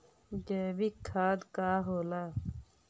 जैवीक खाद का होला?